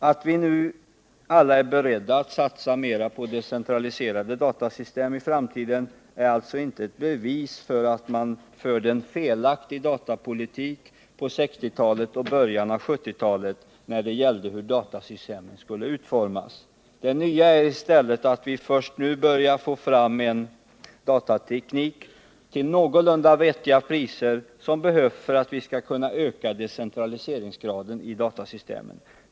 Att vi nu alla är beredda att i framtiden satsa mera på decentraliserade datasystem är alltså inte ett bevis på att man förde en felaktig datapolitik på 1960-talet och i början av 1970-talet beträffande datasystemens utformning. Det nya är att vi först nu börjar få fram en datateknik till de någorlunda vettiga priser som är nödvändiga för att vi skall kunna öka decentraliseringsgraden i datasystemen.